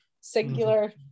singular